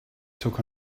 took